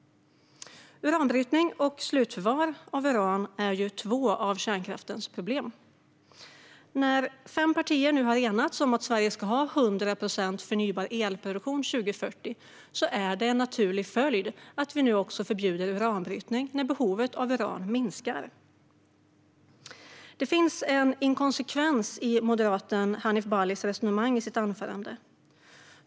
Uranbrytning och slutförvar av uran är ju två av kärnkraftens problem. När fem partier nu har enats om att Sverige ska ha 100 procent förnybar elproduktion 2040 är det en naturlig följd att vi nu också förbjuder uranbrytning när behovet av uran minskar. Det finns en inkonsekvens i moderaten Hanif Balis resonemang i sitt anförande.